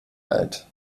alt